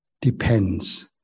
depends